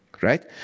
right